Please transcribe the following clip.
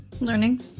learning